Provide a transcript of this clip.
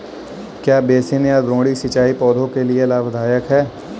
क्या बेसिन या द्रोणी सिंचाई पौधों के लिए लाभदायक है?